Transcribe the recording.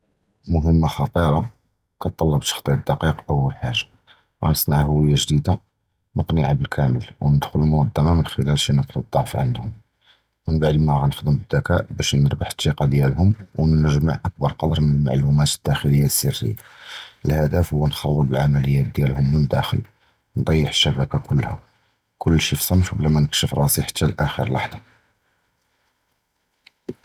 מִשְׂימָה חַ'טִירָה קִתְּתַטַּלַב תַּחְטִית דִּיקִיק, אוּל חַאגָה, גַאנְצַנַּע אִיְהוּת גְּדִידָה מֻקְּנִי עַבְדּ אִל-קַאמֵל וְנִדְכַּל אִל-מֻנַזְמַה מִן דְּרִיכּ שִי נִקְטָה דֻּעְפָה עִנְדְהוּם, מֵאַעְד מַא גַאנְחַאוּל אִשְתַעְמֵל אִל-זַכָּאא בַּשּׁ נִרְבַּח אִתִּיקָה דִיַּלְהוּם וְנִגְ'מַע אִכְבַּר כְּדַר מִן אִל-מָעְלֻוּמַאת אִל-דַּاخְלִיָּה אִל-סִרִיָּה, אִל-هَدَف הִי נִخְרֵב אִל-עֻמְלִיָּات דִיַּלְהוּם מִן דַּاخְל, נִטִּיח אִל-שַּׁבְּקָה כּוּלָּה, כֹּל שִי פִי סְמְט וּבְּלַא מַנְקַשֵּף רַאסִי חַתִּי לְאַחַר לַחַזַה.